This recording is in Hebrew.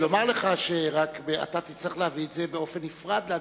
לומר לך רק שאתה תצטרך להביא את זה באופן נפרד להצבעה.